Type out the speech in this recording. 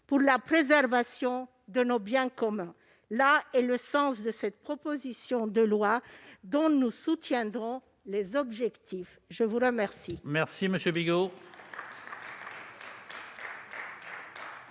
pour la préservation de nos biens communs. Tel est le sens de cette proposition de loi, dont nous soutenons les objectifs. La parole